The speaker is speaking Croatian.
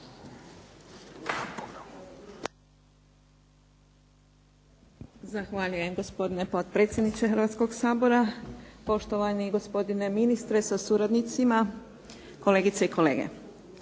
Zahvaljujem gospodine potpredsjedniče Hrvatskog sabora, poštovani gospodine ministre sa suradnicima, kolegice i kolege.